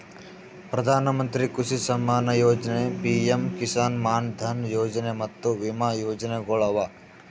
ಪ್ರಧಾನ ಮಂತ್ರಿ ಕೃಷಿ ಸಮ್ಮಾನ ಯೊಜನೆ, ಪಿಎಂ ಕಿಸಾನ್ ಮಾನ್ ಧನ್ ಯೊಜನೆ ಮತ್ತ ವಿಮಾ ಯೋಜನೆಗೊಳ್ ಅವಾ